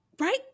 Right